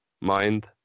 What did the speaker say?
mind